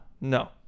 No